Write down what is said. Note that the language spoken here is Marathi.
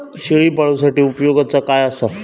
शेळीपाळूसाठी उपयोगाचा काय असा?